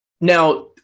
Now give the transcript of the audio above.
Now